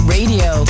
Radio